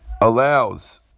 allows